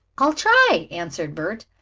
i'll try, answered bert,